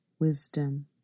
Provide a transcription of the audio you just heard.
wisdom